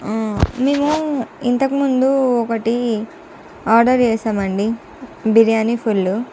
మేము ఇంతకుముందు ఒకటి ఆర్డర్ చేశాం అండి బిర్యానీ ఫుల్